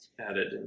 Added